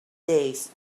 days